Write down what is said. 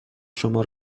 شما